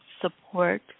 support